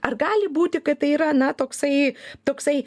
ar gali būti kad tai yra na toksai toksai